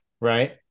right